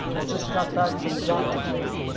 i just got back from the doctor, jake.